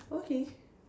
okay